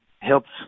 helps